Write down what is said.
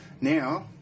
now